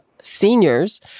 seniors